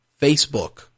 Facebook